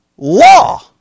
Law